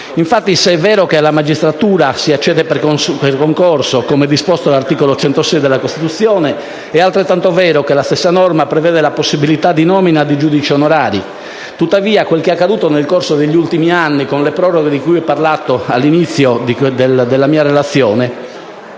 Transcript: Se è vero che alla magistratura si accede per concorso, come disposto dall'articolo 106 della Costituzione, è altrettanto vero che la stessa norma prevede la possibilità di nomina dei giudice onorari. Tuttavia, ritengo che quanto accaduto negli ultimi anni, con le proroghe di cui ho parlato all'inizio della mia relazione,